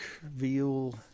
veal